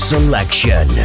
Selection